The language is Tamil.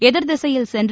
எதிர் திசையில் சென்று